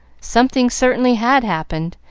something certainly had happened,